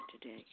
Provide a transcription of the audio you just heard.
today